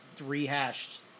rehashed